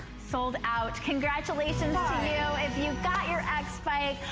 sold-out. congratulations to you. if you got your x-bike.